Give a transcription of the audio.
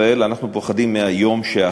אנחנו פוחדים מהיום שאחרי.